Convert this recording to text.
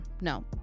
no